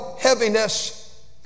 heaviness